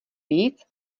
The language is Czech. víc